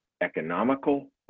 economical